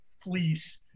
fleece